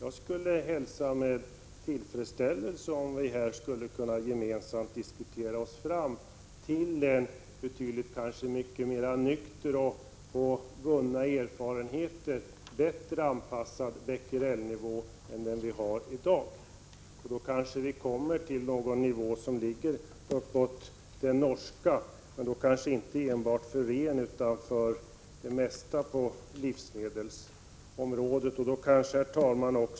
Jag skulle hälsa det med tillfredsställelse om vi kunde diskutera oss fram till en betydligt mer nykter och med vunna erfarenheter bättre anpassad Bequerelnivå än den vi har i dag. Då kanske vi kan komma fram till en nivå som ligger uppåt den norska, och inte enbart för renköttet utan för det mesta på livsmedelsområdet.